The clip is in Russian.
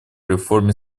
реформе